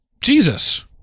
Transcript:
Jesus